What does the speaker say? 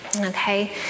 okay